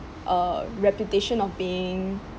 uh reputation of being